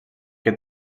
que